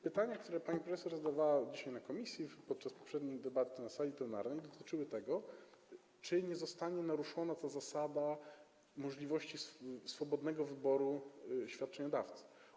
Pytanie, które pani profesor zadawała dzisiaj na posiedzeniu komisji i podczas poprzedniej debaty na sali plenarnej, dotyczyło tego, czy nie zostanie naruszona ta zasada możliwości swobodnego wyboru świadczeniodawcy.